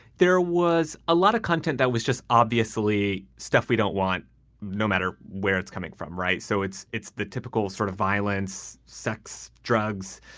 there was a lot of content that was just obviously stuff we don't want no matter where it's coming from. right. so it's it's the typical sort of violence, sex, drugs,